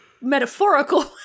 Metaphorical